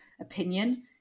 opinion